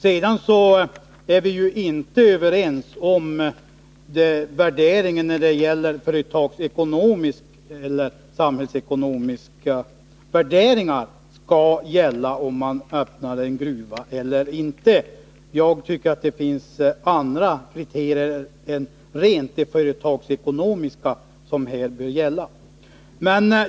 Vi är inte överens om huruvida företagsekonomiska eller samhällsekonomiska värderingar skall gälla om man öppnar en gruva. Jag tycker att andra kriterier här bör gälla än rent företagsekonomiska.